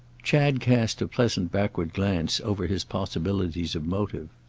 chad cast a pleasant backward glance over his possibilities of motive.